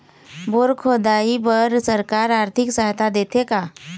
Bore खोदाई बर सरकार आरथिक सहायता देथे का?